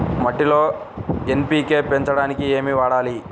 మట్టిలో ఎన్.పీ.కే పెంచడానికి ఏమి వాడాలి?